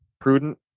prudent